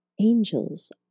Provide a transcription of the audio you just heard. angels